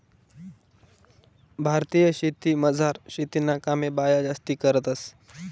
भारतीय शेतीमझार शेतीना कामे बाया जास्ती करतंस